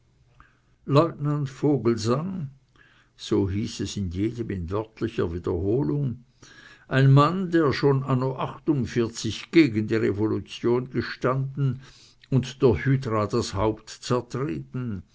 lieutenant vogelsang so hieß es in jedem in wörtlicher wiederholung ein mann der schon anno achtundvierzig gegen die revolution gestanden und der hydra das haupt zertreten